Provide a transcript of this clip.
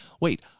Wait